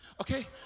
Okay